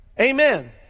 Amen